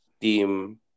team